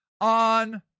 on